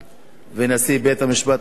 ונשיא בית-משפט השלום,